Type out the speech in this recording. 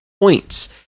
points